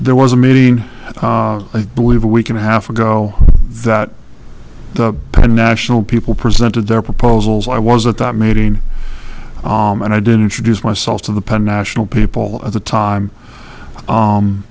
there was a meeting i believe we can a half ago that the penn national people presented their proposals i was at that meeting and i didn't introduce myself to the penn national people at the